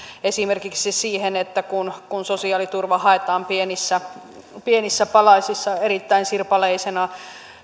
esimerkiksi siihen että kun kun sosiaaliturva haetaan pienissä pienissä palasissa erittäin sirpaleisena